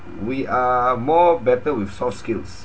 we are more better with soft skills